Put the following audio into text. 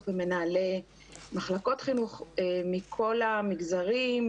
ומנהלי מחלקות חינוך מכל המגזרים,